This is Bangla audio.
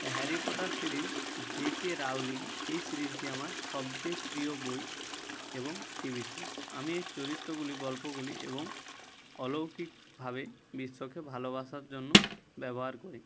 Harry Potter series J K Rowling এই সিরিজটি আমার সবযেয়ে প্রিয় বই এবং টিভি শো আমি এর চরিত্তগুলি গল্পগুলি এবং অলৌকিকভাবে বিশ্বকে ভালোবাসার জন্য ব্যবহার করি